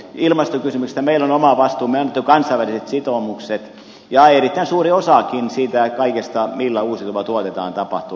ilmastokysymyksistä meillä on oma vastuumme me olemme antaneet kansainväliset sitoumukset ja erittäin suuri osakin siitä kaikesta millä uusiutuvaa tuotetaan tapahtuu kotimaisella